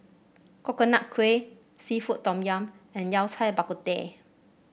Coconut Kuih seafood Tom Yum and Yao Cai Bak Kut Teh